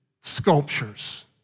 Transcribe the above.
sculptures